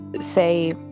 say